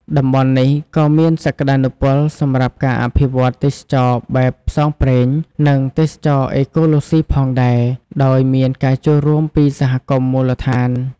តំបន់នេះក៏មានសក្តានុពលសម្រាប់ការអភិវឌ្ឍទេសចរណ៍បែបផ្សងព្រេង និងទេសចរណ៍អេកូឡូស៊ីផងដែរ ដោយមានការចូលរួមពីសហគមន៍មូលដ្ឋាន។